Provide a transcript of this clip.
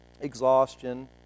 exhaustion